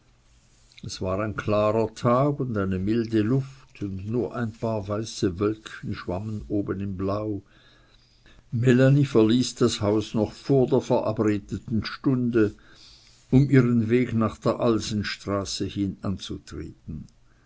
es war ein klarer tag und eine milde luft und nur ein paar weiße wölkchen schwammen oben im blau melanie verließ das haus noch vor der verabredeten stunde um ihren weg nach der alsenstraße hin anzutreten